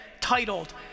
titled